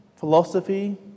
Philosophy